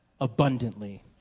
abundantly